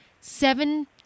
seven